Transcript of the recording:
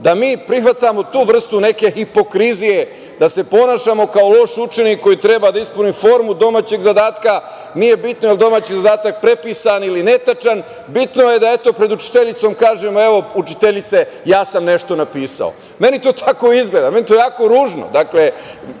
da mi prihvatamo tu vrstu neke hipokrizije, da se ponašamo kao loš učenik koji treba da ispuni formu domaćeg zadatka, nije bitno jel domaći zadatak prepisan ili netačan, bitno je da, eto, pred učiteljicom kažemo – evo, učiteljice, ja sam nešto napisao. Meni to tako izgleda, meni je to jako